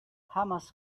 hamas